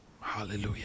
Hallelujah